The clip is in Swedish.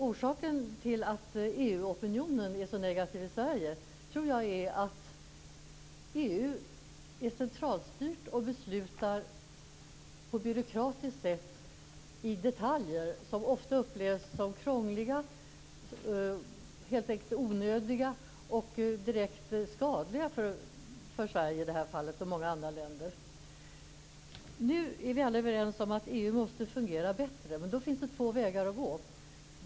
Orsaken till att EU-opinionen är så negativ i Sverige tror jag är att EU är centralstyrt och beslutar på ett byråkratiskt sätt i detaljer som ofta upplevs som krångliga, helt enkelt onödiga och direkt skadliga för Sverige i det här fallet och många andra länder. Nu är vi alla överens om att EU måste fungera bättre. Då finns det två vägar att gå.